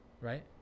right